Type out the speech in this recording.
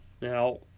Now